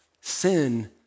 Sin